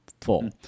full